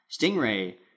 Stingray